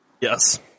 Yes